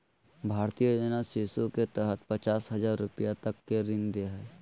भारतीय योजना शिशु के तहत पचास हजार रूपया तक के ऋण दे हइ